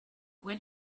when